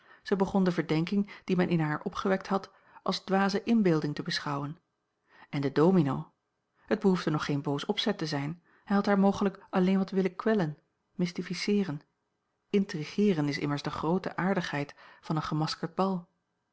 zij begon de verdenking die men in haar opgewekt had als dwaze inbeelding te beschouwen en de domino het behoefde nog geen boos opzet te zijn hij had haar mogelijk alleen wat willen kwellen mystificeeren intrigeeren is immers de groote aardigheid van een gemaskerd bal